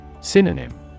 Synonym